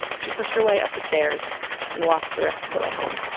she pushed her way up the stairs and walked the rest of the way home